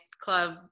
club